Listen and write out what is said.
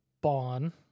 Bond